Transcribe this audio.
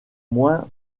moins